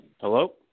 Hello